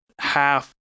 half